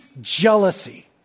jealousy